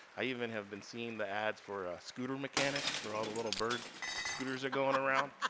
i even have been seeing the ads for scooter mechanic, for all the little bird scooters are going around.